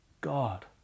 God